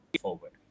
forward